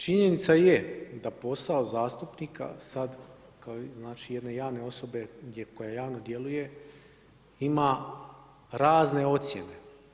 Činjenica je da posao zastupnika sad kao jedne javne osobe koja javno djeluje ima razne ocjene.